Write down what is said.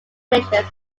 nations